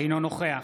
אינו נוכח